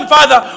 Father